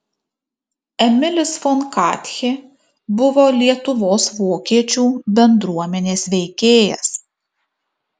emilis fon katchė buvo lietuvos vokiečių bendruomenės veikėjas